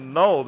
no